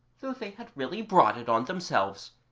though they had really brought it on themselves,